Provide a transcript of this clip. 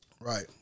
right